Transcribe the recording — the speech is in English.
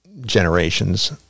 generations